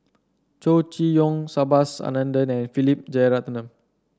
Chow Chee Yong Subhas Anandan and Philip Jeyaretnam